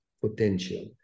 potential